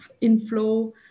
inflow